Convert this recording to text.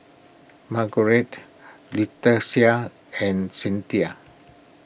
Margeret Leticia and Cynthia